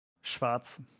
Schwarz